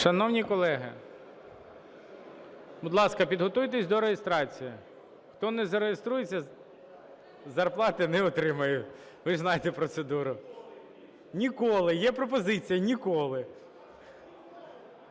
Шановні колеги! Будь ласка, підготуйтесь до реєстрації. Хто не зареєструється, зарплати не отримає. Ви ж знаєте процедуру. Ніколи. Є пропозиція – ніколи.